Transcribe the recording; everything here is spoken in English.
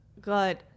Good